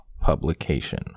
Publication